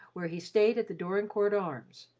where he staid at the dorincourt arms,